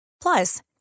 Plus